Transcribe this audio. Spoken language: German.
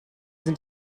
sind